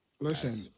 Listen